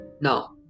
Now